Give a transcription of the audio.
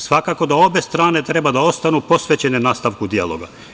Svakako da obe strane treba da ostanu posvećene nastavku dijaloga.